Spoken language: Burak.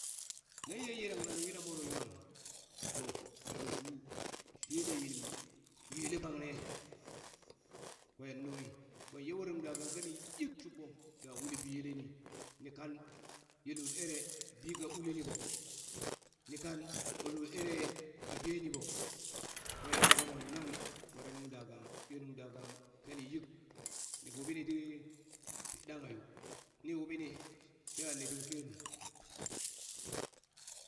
Nan ye yirang nuŋ yina moro nwa nuŋ to nanlo shu shene yini yele bangne kwen nunghi. kwen ye were nuŋ dagang kani yiik shuɓɓo! da uli biyeleni ni kan ye lul ere bika uliniɓo, nikan ɓa lul ere ka deni ɓo kwen nungka mon nang were nuŋ dagang ye nung dagang kani yik ni wuɓini tii ti ɗanghat yo ni wuɓi ni sai ha ne tika ke nuŋ.